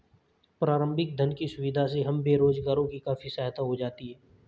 प्रारंभिक धन की सुविधा से हम बेरोजगारों की काफी सहायता हो जाती है